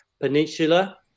peninsula